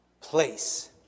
place